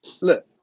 Look